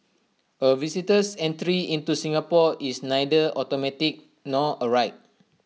A visitor's entry into Singapore is neither automatic nor A right